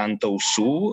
ant ausų